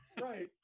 Right